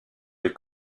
les